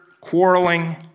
quarreling